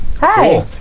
Hi